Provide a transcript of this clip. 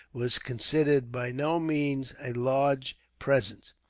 was considered by no means a large present.